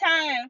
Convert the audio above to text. time